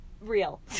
Real